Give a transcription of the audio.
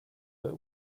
but